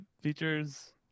features